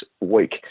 week